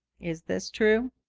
is this true?